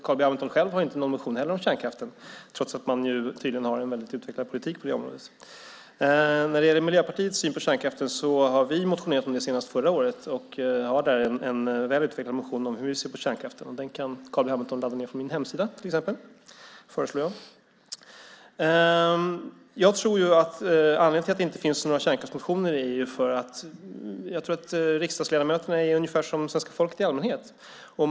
Carl B Hamilton själv har inte någon motion heller om kärnkraften, trots att man tydligen har en mycket utvecklad politik på det området. När det gäller Miljöpartiets syn på kärnkraften motionerade vi senast förra året. Vi har en väl utvecklad motion om hur vi ser på kärnkraften. Den kan Carl B Hamilton ladda ned från min hemsida till exempel. Det föreslår jag. Anledningen till att det inte finns några kärnkraftsmotioner tror jag är att riksdagsledamöterna är ungefär som svenska folket i allmänhet.